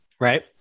Right